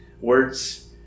words